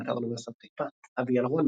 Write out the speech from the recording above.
באתר אוניברסיטת חיפה אביאל רון,